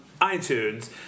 iTunes